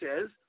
says